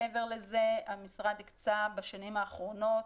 מעבר לזה המשרד הקצה בשנים האחרונות,